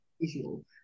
visual